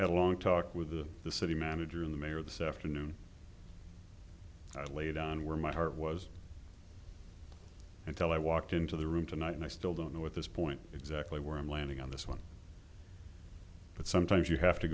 had a long talk with the city manager in the mayor this afternoon i laid on where my heart was until i walked into the room tonight and i still don't know at this point exactly where i'm landing on this one but sometimes you have to